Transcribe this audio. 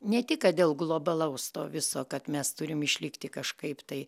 ne tik kad dėl globalaus to viso kad mes turim išlikti kažkaip tai